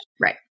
Right